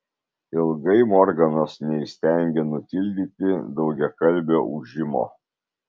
ilgai morganas neįstengė nutildyti daugiakalbio ūžimo